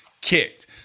kicked